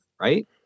right